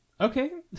Okay